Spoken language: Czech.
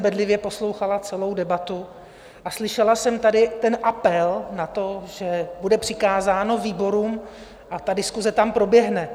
Bedlivě jsem poslouchala celou debatu a slyšela jsem tady apel na to, že bude přikázáno výborům a diskuse tam proběhne.